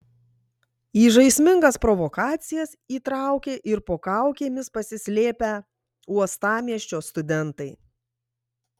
į žaismingas provokacijas įtraukė ir po kaukėmis pasislėpę uostamiesčio studentai